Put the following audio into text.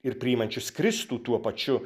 ir priimančius kristų tuo pačiu